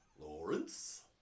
Lawrence